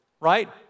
right